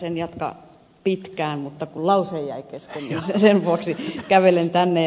en jatka pitkään mutta kun lause jäi kesken niin sen vuoksi kävelen tänne